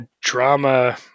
drama